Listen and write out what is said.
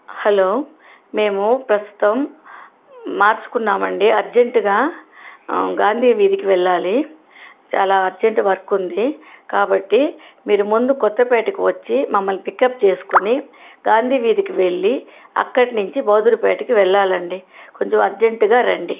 hello మేము ప్రస్తుతం మార్చుకున్నాం అండి అర్జెంట్గా గాంధీ వీధికి వెళ్ళాలి చాలా అర్జెంట్ వర్క్ ఉంది కాబట్టి మీరు ముందు కొత్తపేటకు వచ్చి మమ్మల్ని పికప్ చేసుకొని గాంధీ వీధికి వెళ్ళి అక్కడ నుంచి బహుదూర్ పేటకి వెళ్ళాలండి కొంచెం అర్జెంట్గా రండి